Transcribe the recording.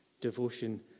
devotion